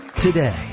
today